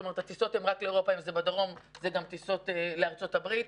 אם זה בדרום, זה טיסות גם לארה"ב.